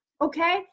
okay